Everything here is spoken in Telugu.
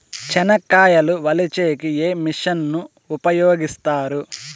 చెనక్కాయలు వలచే కి ఏ మిషన్ ను ఉపయోగిస్తారు?